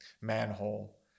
manhole